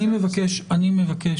חדר המצב,